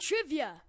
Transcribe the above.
trivia